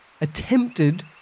attempted